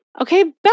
Okay